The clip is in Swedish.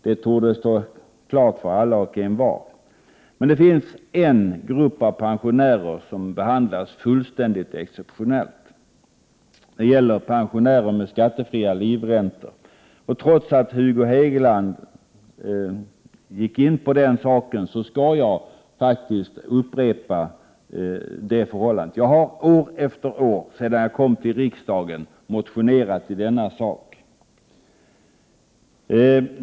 Det torde stå helt klart för alla och envar. Det finns dock en grupp av pensionärer som behandlas fullständigt exceptionellt. Det gäller pensionärer med skattefria livräntor. Trots att Hugo Hegeland gick in på den saken skall jag upprepa detta. Jag har år efter år sedan jag kom till riksdagen motionerat om denna sak.